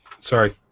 Sorry